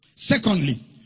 Secondly